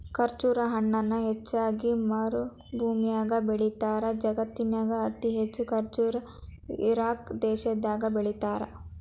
ಖರ್ಜುರ ಹಣ್ಣನ ಹೆಚ್ಚಾಗಿ ಮರಭೂಮ್ಯಾಗ ಬೆಳೇತಾರ, ಜಗತ್ತಿನ್ಯಾಗ ಅತಿ ಹೆಚ್ಚ್ ಖರ್ಜುರ ನ ಇರಾಕ್ ದೇಶದಾಗ ಬೆಳೇತಾರ